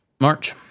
march